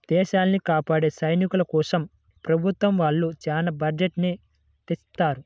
దేశాన్ని కాపాడే సైనికుల కోసం ప్రభుత్వం వాళ్ళు చానా బడ్జెట్ ని తెచ్చిత్తారు